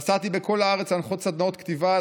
נסעתי בכל הארץ להנחות סדנאות כתיבה,